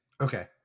okay